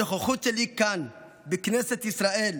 הנוכחות שלי כאן, בכנסת ישראל,